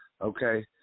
okay